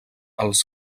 els